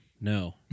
No